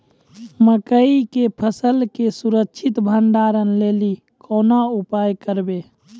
मकई के फसल के सुरक्षित भंडारण लेली कोंन उपाय करबै?